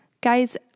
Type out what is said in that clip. Guys